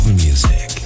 music